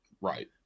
right